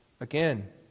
Again